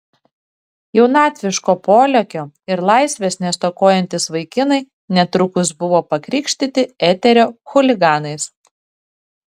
jaunatviško polėkio ir laisvės nestokojantys vaikinai netrukus buvo pakrikštyti eterio chuliganais